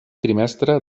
trimestre